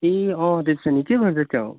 ए के गर्दै थियौ